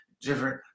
different